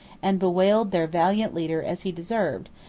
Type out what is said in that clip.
and bewailed their valiant leader as he deserved,